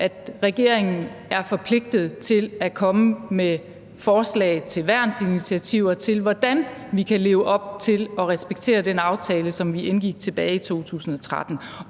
at regeringen er forpligtet til at komme med forslag til værnsinitiativer til, hvordan vi kan leve op til og respektere den aftale, som vi indgik tilbage i 2013.